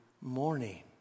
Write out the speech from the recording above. morning